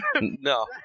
No